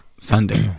Sunday